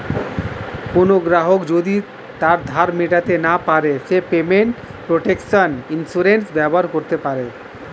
কোনো গ্রাহক যদি তার ধার মেটাতে না পারে সে পেমেন্ট প্রটেকশন ইন্সুরেন্স ব্যবহার করতে পারে